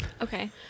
Okay